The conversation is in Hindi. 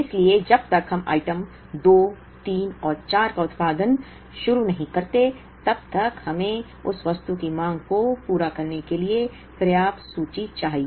इसलिए जब तक हम आइटम दो तीन और चार का उत्पादन शुरू नहीं करते हैं तब तक हमें उस वस्तु की मांग को पूरा करने के लिए पर्याप्त सूची चाहिए